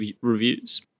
reviews